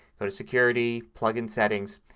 go to security, plug in settings,